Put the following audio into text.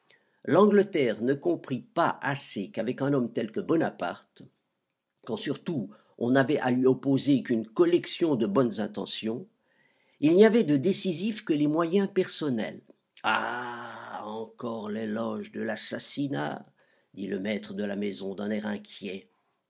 l'angleterre ne comprit pas assez qu'avec un homme tel que bonaparte quand surtout on n'avait à lui opposer qu'une collection de bonnes intentions il n'y avait de décisif que les moyens personnels ah encore l'éloge de l'assassinat dit le maître de la maison d'un air inquiet